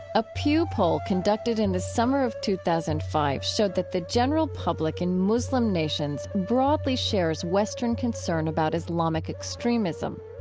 a pew poll conducted in the summer of two thousand and five showed that the general public in muslim nations broadly shares western concern about islamic extremism.